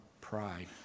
pride